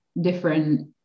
different